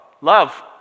Love